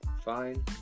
Fine